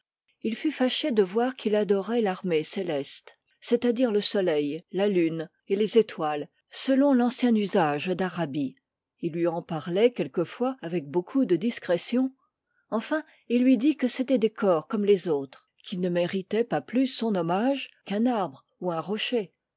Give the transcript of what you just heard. il fut fâché de voir qu'il adorait l'armée céleste c'est-à-dire le soleil la lune et les étoiles selon l'ancien usage d'arabie il lui en parlait quelquefois avec beaucoup de discrétion enfin il lui dit que c'étaient des corps comme les autres qui ne méritaient pas plus son hommage qu'un arbre ou un rocher